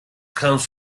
comes